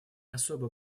особо